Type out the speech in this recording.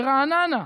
ברעננה.